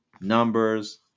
numbers